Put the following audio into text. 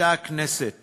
מחליטה הכנסת